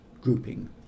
grouping